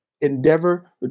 endeavor